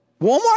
Walmart